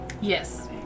Yes